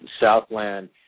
Southland